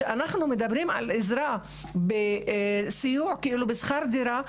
כשאנחנו מדברים על עזרה בסיוע בשכר דירה,